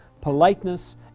politeness